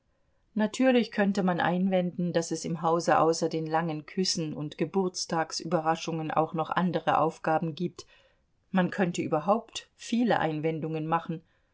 natürlich könnte man einwenden daß es im hause außer den langen küssen und geburtstagsüberraschungen auch noch andere aufgaben gibt man könnte überhaupt viele einwendungen machen